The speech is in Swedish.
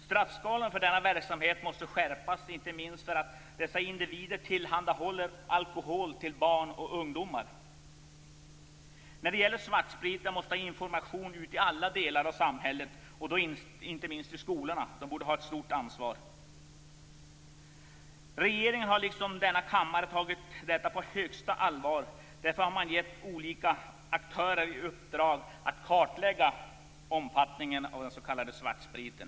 Straffskalan för denna verksamhet måste skärpas, inte minst därför att dessa individer tillhandahåller alkohol till barn och ungdomar. När det gäller svartspriten måste information ut till alla delar av samhället, inte minst till skolorna. De borde ha ett stort ansvar. Regeringen, liksom denna kammare, har tagit detta på största allvar. Därför har man gett olika aktörer i uppdrag att kartlägga omfattningen av svartspriten.